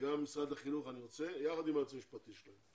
וגם משרד החינוך אני רוצה יחד עם הייעוץ המשפטי שלהם.